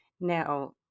Now